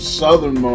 southern